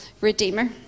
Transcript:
Redeemer